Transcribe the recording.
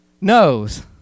knows